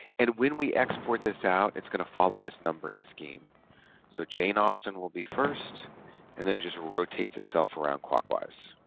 and when we export this out it's going to follow this numbering scheme so jane austen will be first and then it just rotates itself around clockwise